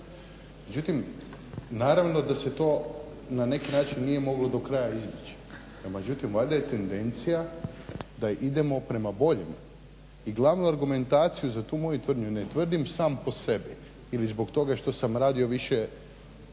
Međutim, naravno da se to na neki način nije moglo do kraja izbjeći. No međutim, valjda je tendencija da idemo prema boljem i glavnu argumentaciju za tu moju tvrdnju ne tvrdim sam po sebi ili zbog toga što sam radio više